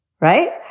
Right